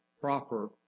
proper